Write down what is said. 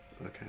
Okay